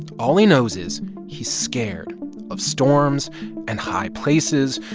all he knows is he's scared of storms and high places.